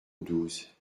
douze